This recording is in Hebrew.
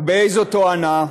ובאיזו תואנה?